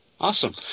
Awesome